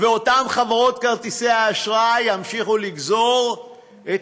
ואותן חברות כרטיסי האשראי ימשיכו לגזור את